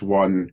one